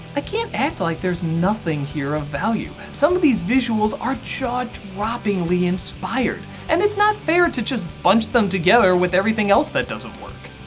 i can't act like there's nothing here of value. some of these visuals are jaw-droppingly inspired and it's not fair to just bunch them together with everything else that doesn't work.